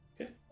Okay